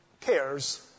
cares